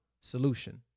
solution